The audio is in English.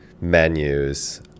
menus